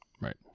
right